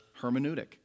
hermeneutic